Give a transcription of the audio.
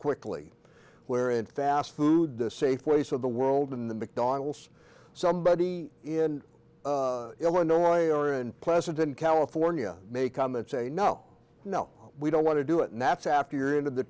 quickly where in fast food the safeways of the world in the mcdonald's somebody in illinois or and pleasanton california may come and say no no we don't want to do it and that's after you're into the